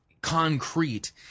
concrete